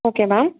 okay ma'am